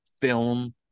film